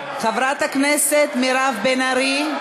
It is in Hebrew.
חברת הכנסת מירב בן ארי,